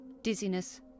dizziness